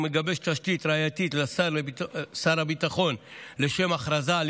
הוא מגבש תשתית ראייתית לשר הביטחון לשם הכרזה על